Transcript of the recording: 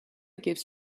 gives